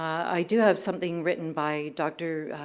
i do have something written by dr.